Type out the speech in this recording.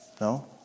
No